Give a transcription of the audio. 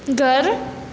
घर